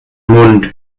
mund